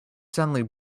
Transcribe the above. suddenly